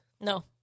No